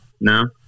no